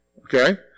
Okay